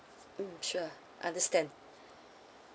mm sure understand